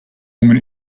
woman